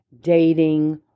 Dating